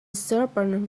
serpent